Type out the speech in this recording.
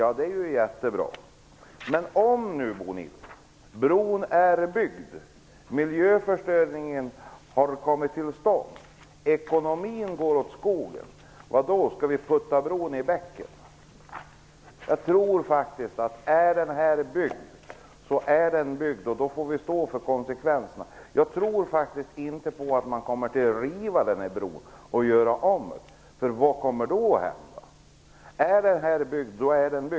Ja, det är ju jättebra. Men, Bo Nilsson, om nu bron är byggd, miljöförstöringen har kommit till stånd och ekonomin går åt skogen, skall vi då putta bron i bäcken? Jag tror faktiskt att om bron är byggd så är den byggd. Då får vi stå för konsekvenserna. Jag tror faktiskt inte att man kommer att riva bron. Vad skulle då hända? Är bron byggd så är den.